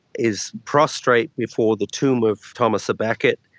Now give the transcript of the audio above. is prostrate before the tomb of thomas a'becket.